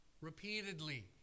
repeatedly